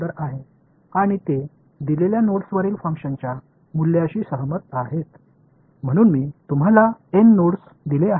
எனவே நான் என்ன செய்தேன் என்றாள் N 1 வரிசையில் உள்ள ஒரு செயல்பாட்டை நான் உங்களுக்கு வழங்கியுள்ளேன்